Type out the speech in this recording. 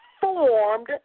formed